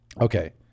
okay